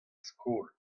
skol